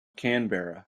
canberra